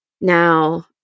now